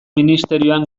ministerioan